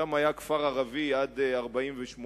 שם היה כפר ערבי עד 1948,